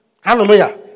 Hallelujah